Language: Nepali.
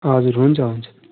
हजुर हुन्छ हुन्छ